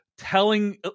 telling